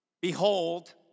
behold